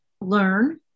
learn